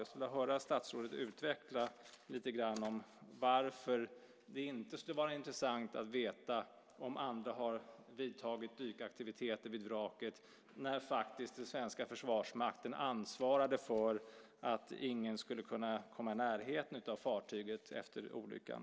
Jag skulle vilja höra statsrådet lite grann utveckla varför det inte skulle vara intressant att veta om andra har genomfört dykaktiviteter vid vraket när det faktiskt var den svenska försvarsmakten som ansvarade för att ingen skulle kunna komma i närheten av fartyget efter olyckan.